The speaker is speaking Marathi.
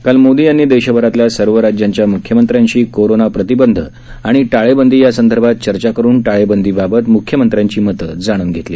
काल मोदी यांनी देशभरातल्या सर्व राज्यांच्या मुख्यमंत्र्यांशी कोरोना प्रतिबंध आणि टाळेबंदी या संदर्भात चर्चा करून टाळेबंदीबाबत मुख्यमंत्र्यांची मत जाणून घेतली